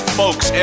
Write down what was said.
folks